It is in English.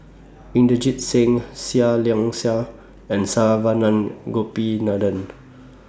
Inderjit Singh Seah Liang Seah and Saravanan Gopinathan